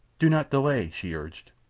do not delay, she urged.